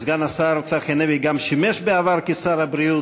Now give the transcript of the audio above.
סגן השר צחי הנגבי גם שימש בעבר כשר הבריאות,